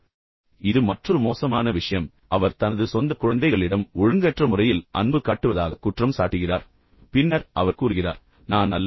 இப்போது இது மற்றொரு மோசமான விஷயம் அவர் தனது சொந்த குழந்தைகளிடம் ஒழுங்கற்ற முறையில் அன்பு காட்டுவதாக குற்றம் சாட்டுகிறார் பின்னர் அவர் கூறுகிறார் நான் அல்ல